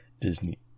Disney